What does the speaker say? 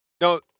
No